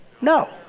no